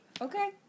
Okay